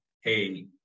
Hey